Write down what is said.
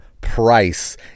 price